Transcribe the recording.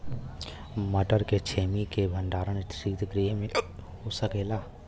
मटर के छेमी के भंडारन सितगृह में हो सकेला?